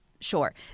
sure